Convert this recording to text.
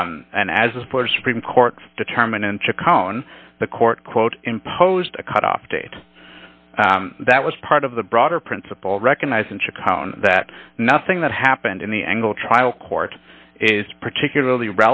date and as bush supreme court determined in chicago on the court quote imposed a cutoff date that was part of the broader principle recognized in chicago and that nothing that happened in the angle trial court is particularly